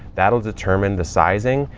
that'll determine the sizing.